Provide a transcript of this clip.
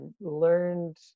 learned